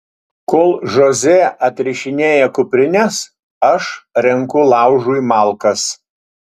kol žoze atrišinėja kuprines aš renku laužui malkas